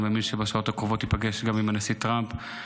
אני מאמין שבשעות הקרובות הוא ייפגש גם עם הנשיא טראמפ,